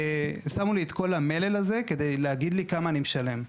ושמו לי את כל המלל הזה כדי להגיד לי כמה אני משלם.